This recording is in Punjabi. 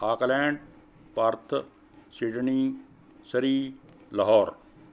Auckland Perth Sydney Surrey Lahore